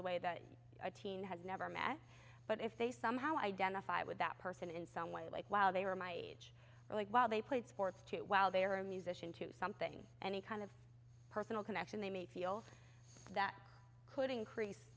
away that a teen has never met but if they somehow identify with that person in some way like wow they were my age while they played sports too while they are a musician too something any kind of personal connection they may feel that could increase